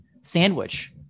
sandwich